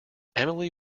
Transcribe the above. emily